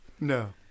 No